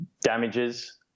damages